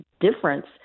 difference